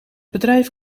bedrijf